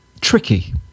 tricky